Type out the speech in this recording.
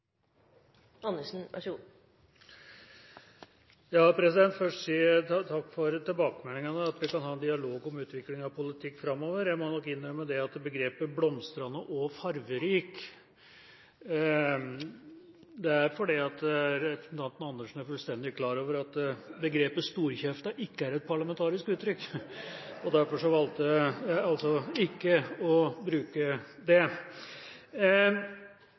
Først vil jeg si takk for tilbakemeldingene, at vi kan ha en dialog om utviklinga om politikk framover. Jeg må nok innrømme at begrepet «blomstrende og fargerik» ble valgt fordi representanten Andersen er fullstendig klar over at begrepet «storkjefta» ikke er et parlamentarisk uttrykk , og derfor valgte jeg altså å ikke bruke det!